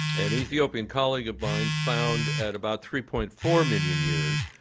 an ethiopian colleague of mine found at about three point four million years,